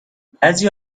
بعضی